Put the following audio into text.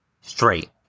straight